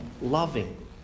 loving